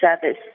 Service